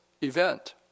event